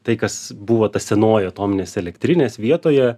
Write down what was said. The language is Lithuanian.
tai kas buvo ta senoji atominės elektrinės vietoje